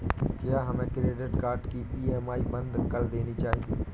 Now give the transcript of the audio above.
क्या हमें credit card की ई.एम.आई बंद कर देनी चाहिए?